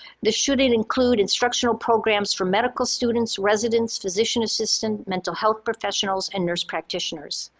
this should include instructional programs for medical students, residents, physician, assistant, mental health professionals, and nurse practitioners.